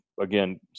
Again